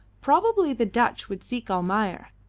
probably the dutch would seek almayer.